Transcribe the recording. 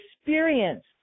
experience